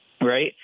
right